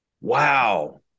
wow